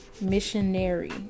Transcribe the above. missionary